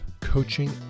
coaching